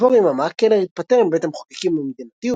כעבור יממה קלר התפטר מבית המחוקקים המדינתי,